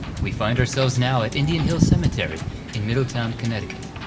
we find ourselves now at indian hill cemetery in middletown connecticut.